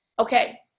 Okay